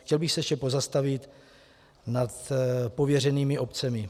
Chtěl bych se ještě pozastavit nad pověřenými obcemi.